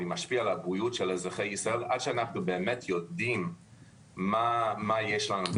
משפיע על הבריאות של אזרחי ישראל עד שנדע מה יש לנו.